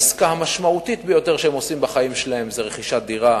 העסקה המשמעותית ביותר שהם עושים בחיים שלהם זה רכישת דירה.